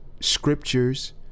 scriptures